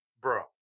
Bro